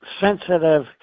sensitive